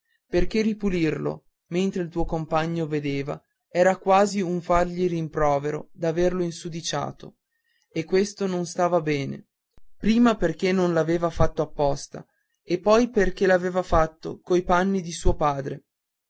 perché ripulirlo mentre il tuo compagno vedeva era quasi un fargli rimprovero d'averlo insudiciato e questo non stava bene prima perché non l'aveva fatto apposta e poi perché l'aveva fatto coi panni di suo padre